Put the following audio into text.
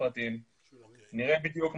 הם מאוד חשובים כי זה פוטנציאל מצוין להישאר בארץ,